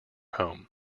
home